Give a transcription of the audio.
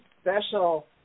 special